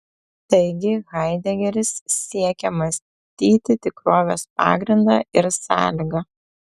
taigi haidegeris siekia mąstyti tikrovės pagrindą ir sąlygą